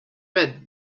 read